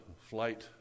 flight